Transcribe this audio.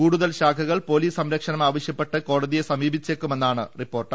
കൂടുതൽ ശാഖകൾ പൊലീസ് സംരക്ഷണം ആവശ്യപ്പെട്ട് കോടതിയെ സമീപിച്ചേക്കു മെന്നാണ് റിപ്പോർട്ട്